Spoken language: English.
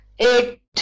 eight